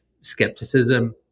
skepticism